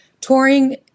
touring